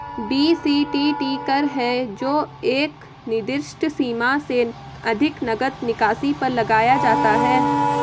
BCTT कर है जो एक निर्दिष्ट सीमा से अधिक नकद निकासी पर लगाया जाता है